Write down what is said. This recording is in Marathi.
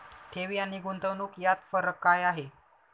ठेवी आणि गुंतवणूक यात फरक काय आहे?